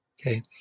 Okay